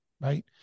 right